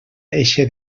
eixe